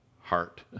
heart